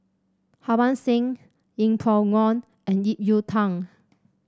Harbans Singh Yeng Pway Ngon and Ip Yiu Tung